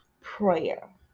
prayer